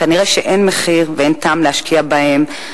כנראה אין מחיר ואין טעם להשקיע בהם,